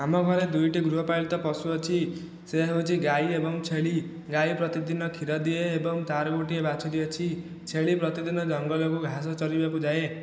ଆମ ଘରେ ଦୁଇଟି ଗୃହପାଳିତ ପଶୁ ଅଛି ସେ ହେଉଛି ଗାଈ ଏବଂ ଛେଳି ଗାଈ ପ୍ରତିଦିନ କ୍ଷୀର ଦିଏ ଏବଂ ତାର ଗୋଟିଏ ବାଛୁରୀ ଅଛି ଛେଳି ପ୍ରତିଦିନ ଜଙ୍ଗଲକୁ ଘାସ ଚରିବାକୁ ଯାଏ